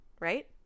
right